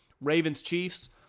Ravens-Chiefs